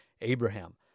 Abraham